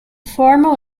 formal